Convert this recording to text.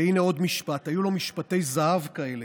והינה עוד משפט, היו לו משפטי זהב כאלה: